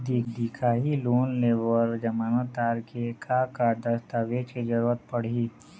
दिखाही लोन ले बर जमानतदार के का का दस्तावेज के जरूरत पड़ही?